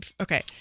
Okay